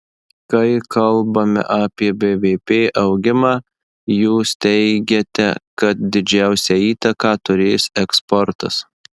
kai kalbame apie bvp augimą jūs teigiate kad didžiausią įtaką turės eksportas